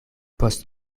post